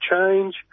change